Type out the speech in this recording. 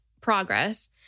progress